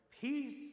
Peace